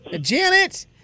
Janet